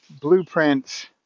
blueprints